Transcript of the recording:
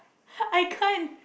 I can't